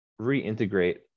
reintegrate